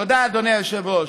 תודה, אדוני היושב-ראש.